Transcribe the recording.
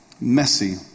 Messy